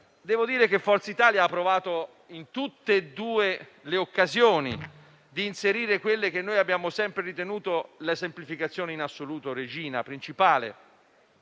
devo dire che Forza Italia ha provato in tutte e due le occasioni a inserire quella che abbiamo sempre ritenuto la semplificazione regina e in assoluto principale,